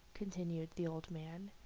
continued the old man,